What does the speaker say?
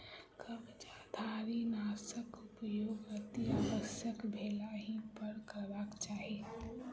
कवचधारीनाशक उपयोग अतिआवश्यक भेलहिपर करबाक चाहि